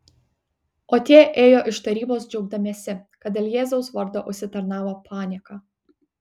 o tie ėjo iš tarybos džiaugdamiesi kad dėl jėzaus vardo užsitarnavo panieką